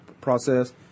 process